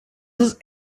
ist